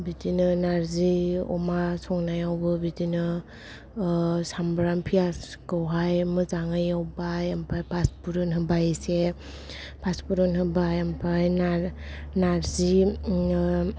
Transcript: बिदिनो नारजि अमा संनायावबो बिदिनो सामब्राम पेयासखौ हाय मोजांयै एवबाय ओमफ्राय फासफुरन होबाय एसे फासफुरन होबाय ओमफ्राय नारजि